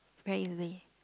very easily